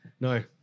No